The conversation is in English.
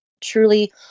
truly